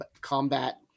combat